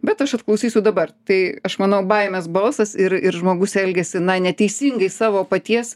bet aš atklausysiu dabar tai aš manau baimės balsas ir ir žmogus elgiasi neteisingai savo paties